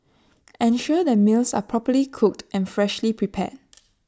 ensure that meals are properly cooked and freshly prepared